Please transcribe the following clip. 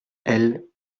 elles